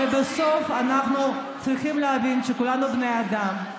ובסוף אנחנו צריכים להבין שכולנו בני אדם.